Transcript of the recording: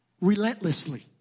relentlessly